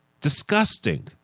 disgusting